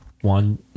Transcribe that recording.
One